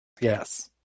yes